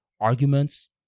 arguments